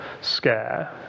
scare